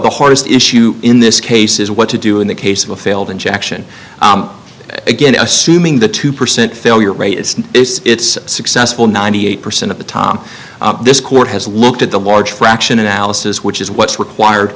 the hardest issue in this case is what to do in the case of a failed injection again assuming the two percent failure rate it's successful ninety eight percent of the tom this court has looked at the large fraction analysis which is what's required